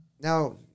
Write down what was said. now